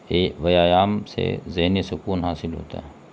یہ ویایام سے ذہنی سکون حاصل ہوتا ہے